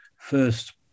first